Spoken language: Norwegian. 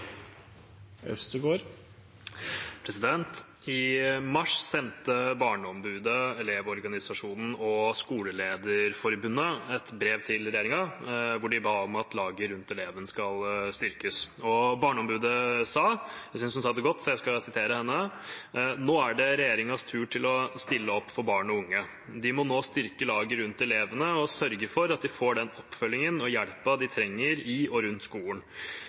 I mars sendte Barneombudet, Elevorganisasjonen og Skolelederforbundet et brev til regjeringen hvor de ba om at laget rundt eleven skal styrkes. Barneombudet sa det godt, så jeg skal sitere henne: «Nå er det regjeringens tur til å stille opp for barn og unge. De må nå styrke laget rundt elevene og sørger for at de får den oppfølgingen og hjelpen de trenger i og rundt skolen.